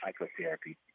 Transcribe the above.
psychotherapy